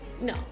No